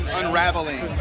unraveling